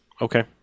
Okay